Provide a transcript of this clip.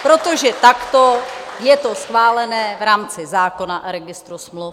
Protože takto je to schválené v rámci zákona o registru smluv.